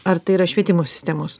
ar tai yra švietimo sistemos